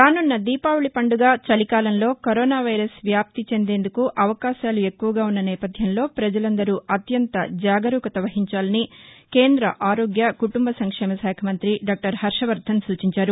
రానున్న దీపావళి పండుగ చలికాలం లో కరోనా వైరస్ వ్యాప్తి చెందేందుకు అవకాశాలు ఎక్కువగా ఉన్న నేవథ్యంలో పజలందరూ అత్యంత జాగరూకత వహించాలని కేంద్ర ఆరోగ్య కుటుంబ సంక్షేమ శాఖ మంతి దాక్టర్ హర్షవర్దన్ సూచించారు